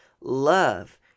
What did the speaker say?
Love